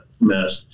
mess